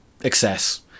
excess